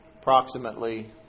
approximately